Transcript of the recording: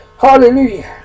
Hallelujah